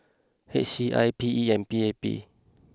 H C I P E and P A P